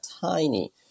tiny